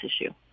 issue